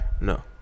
No